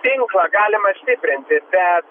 tinklą galima stiprinti bet